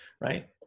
right